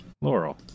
Laurel